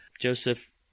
Joseph